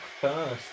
first